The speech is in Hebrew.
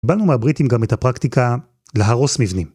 באנו מהבריטים גם את הפרקטיקה להרוס מבנים.